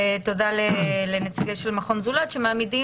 תודה לנציגים של מכון "זולת" שמעמידים